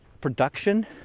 production